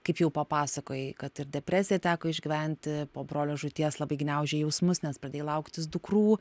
kaip jau papasakojai kad ir depresiją teko išgyventi po brolio žūties labai gniaužei jausmus nes pradėjai lauktis dukrų